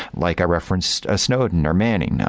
like i referenced, snowden or manning,